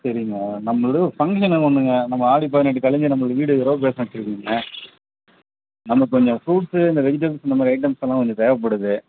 சரிங்க நம்மளுதில் ஒரு ஃபங்க்ஷன்னு ஒன்றுங்க நம்ம ஆடி பதினெட்டு கழிஞ்சி நம்மளது வீடு கிரகப்பிரவேசம் வச்சுருக்குறேங்க நமக்கு கொஞ்சம் ஃப்ரூட்ஸ்ஸு இந்த வெஜிடபுள்ஸ் இந்தமாதிரி ஐட்டம்ஸ்ஸெல்லாம் கொஞ்சம் தேவைப்படுது